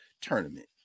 tournament